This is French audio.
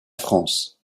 france